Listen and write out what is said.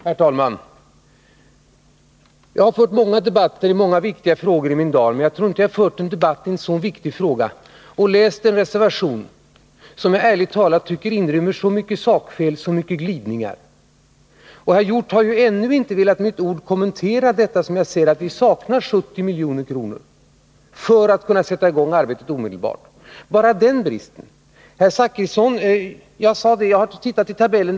Herr talman! Jag har i mina dar fört många debatter i många viktiga frågor, men jag tror inte att jag har fört en debatt i en så här viktig fråga där jag har kunnat läsa en reservation som ärligt talat inrymmer så många sakfel och glidningar. Och herr Hjorth har ännu inte med ett ord velat kommentera det faktum att vi saknar 70 milj.kr. för att omedelbart kunna sätta i gång arbetet. Bara den bristen talar sitt tydliga språk. Till herr Zachrisson vill jag säga att jag har tittat i tidtabellen.